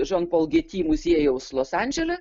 žan pol gety muziejaus los andžele